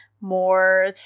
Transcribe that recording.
more